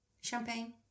champagne